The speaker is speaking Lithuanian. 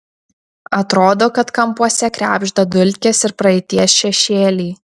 atrodo kad kampuose krebžda dulkės ir praeities šešėliai